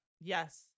yes